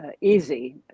easy